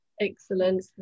Excellent